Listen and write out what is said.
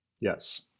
Yes